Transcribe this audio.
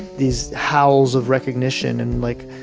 these howls of recognition and like,